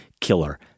Killer